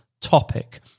topic